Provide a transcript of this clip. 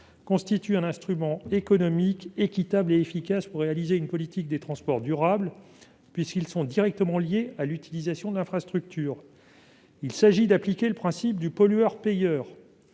constituent un instrument économique équitable et efficace pour réaliser une politique des transports durable, puisqu'ils sont directement liés à l'utilisation de l'infrastructure ». Il s'agit d'appliquer le principe du pollueur-payeur.